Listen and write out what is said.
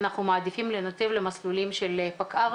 אנחנו מעדיפים לנתב למסלולים של פקע"ר,